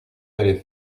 d’aller